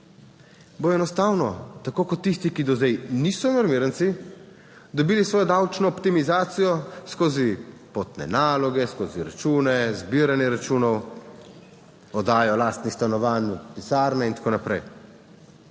bodo enostavno, tako kot tisti, ki do zdaj niso normiranci, dobili svojo davčno optimizacijo skozi potne naloge, skozi račune, zbiranje računov, oddajo lastnih stanovanj, pisarne in tako naprej.